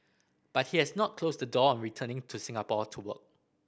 but he has not closed the door on returning to Singapore to work